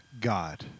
God